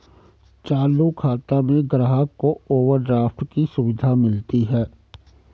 चालू खाता में ग्राहक को ओवरड्राफ्ट की सुविधा मिलती है